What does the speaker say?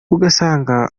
ugasanga